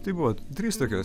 tai buvo trys tokios